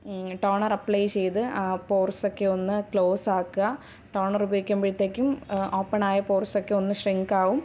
toner apply ചെയ്ത് ആ pores ഒക്കെ ഒന്ന് ക്ലോസ് ആക്കുക ടോണർ ഉപയോഗിക്കുമ്പോഴത്തേക്കും ഓപ്പൺ ആയ പോർസൊക്കെ ഒന്ന് ഷ്രിങ്ക് ആവും